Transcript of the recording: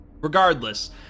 Regardless